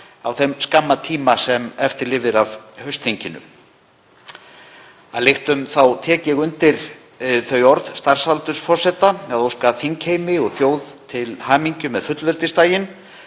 á þeim skamma tíma sem eftir lifir af haustþinginu. Að lyktum þá tek ég undir þau orð starfsaldursforseta að óska þingheimi og þjóð til hamingju með fullveldisdaginn